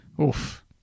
Oof